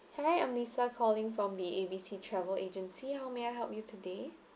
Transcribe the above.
hi I'm lisa calling from the A B C travel agency how may I help you today